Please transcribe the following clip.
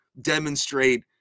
demonstrate